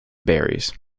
berries